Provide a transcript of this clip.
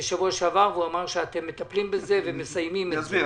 היה פה בשבוע שעבר ואמר שאתם מטפלים בזה ומסיימים עם זה.